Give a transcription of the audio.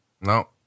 No